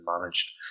managed